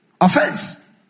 Offense